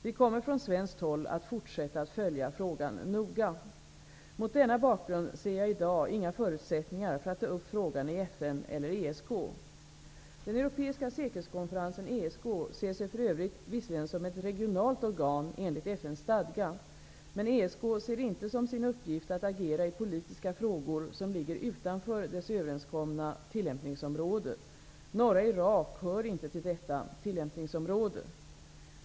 Vi kommer från svenskt håll att fortsätta att följa frågan noga. Mot denna bakgrund ser jag i dag inga förutsättningar för att ta upp frågan i FN eller ESK. Den europeiska säkerhetskonferensen, ESK, ser sig för övrigt visserligen som ett regionalt organ enligt FN:s stadga, men ESK ser inte som sin uppgift att agera i politiska frågor som ligger utanför dess överenskomna tillämpningsområde. Norra Irak hör inte till detta tillämpningsområde.